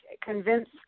convince